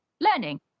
learning